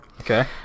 Okay